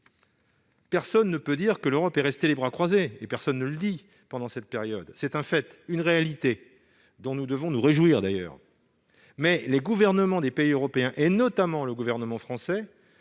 Personne ne peut dire que l'Europe est restée les bras croisés pendant cette période. C'est une réalité, dont nous devons nous réjouir. Mais les gouvernements des pays européens, notamment le gouvernement français,